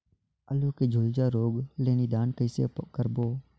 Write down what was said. आलू के झुलसा रोग ले निदान कइसे करबो?